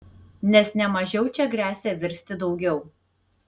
nes ne mažiau čia gresia virsti daugiau